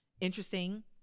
interesting